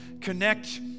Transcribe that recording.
Connect